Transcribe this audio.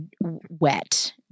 wet